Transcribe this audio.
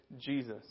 Jesus